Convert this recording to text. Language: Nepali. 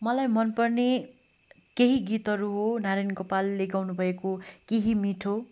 मलाई मन पर्ने केही गीतहरू हो नारायण गोपालले गाउनुभएको केही मिठो